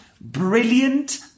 brilliant